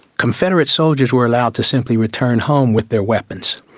confederate soldiers were allowed to simply return home with their weapons.